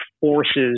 forces